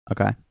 Okay